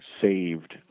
saved